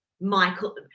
Michael